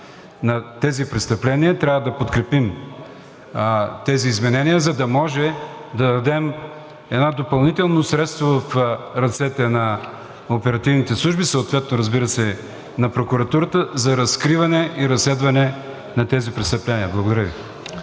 на тези престъпления, трябва да подкрепим тези изменения, за да може да дадем едно допълнително средство в ръцете на оперативните служби съответно на прокуратурата за разкриване и разследване на тези престъпления. Благодаря.